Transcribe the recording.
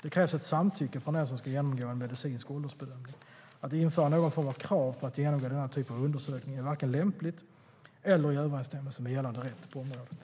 Det krävs samtycke från den som ska genomgå en medicinsk åldersbedömning. Att införa någon form av krav på att genomgå denna typ av undersökning är varken lämpligt eller i överensstämmelse med gällande rätt på området.